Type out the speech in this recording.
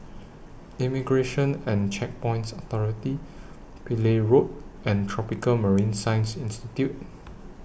Immigration and Checkpoints Authority Pillai Road and Tropical Marine Science Institute